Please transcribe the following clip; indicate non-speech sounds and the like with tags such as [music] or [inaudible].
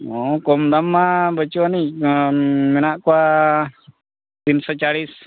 ᱦᱮᱸ ᱠᱚᱢ ᱫᱟᱢ ᱢᱟ ᱵᱟᱹᱪᱩᱜ ᱟᱹᱱᱤᱡ [unintelligible] ᱢᱮᱱᱟᱜ ᱠᱚᱣᱟ ᱛᱤᱱᱥᱚ ᱪᱟᱞᱞᱤᱥ